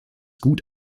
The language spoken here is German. gut